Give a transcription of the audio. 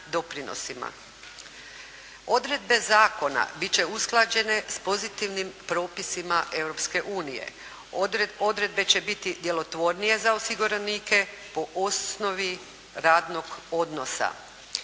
Odredbe zakona biti će usklađene sa pozitivnim propisima Europske unije. Odredbe će biti djelotvornije za osiguranike po osnovi radnog odnosa.